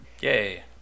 yay